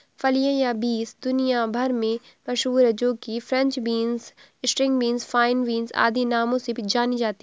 फलियां या बींस दुनिया भर में मशहूर है जो कि French beans, string beans, fine beans आदि नामों से जानी जाती है